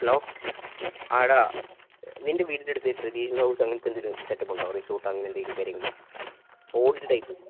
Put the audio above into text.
hello ആ എടാ നിൻ്റെ വീടിൻ്റെ അടുത്ത് ട്രഡീഷണൽ ഹൗസ് അങ്ങനത്തെ എന്തെങ്കിലും സെറ്റപ്പ് ഉണ്ടോ റിസോർട്ട് അങ്ങനെ എന്തെങ്കിലും കാര്യങ്ങൾ ഓൾഡ് ടൈപ്പ്